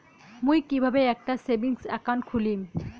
মুই কিভাবে একটা সেভিংস অ্যাকাউন্ট খুলিম?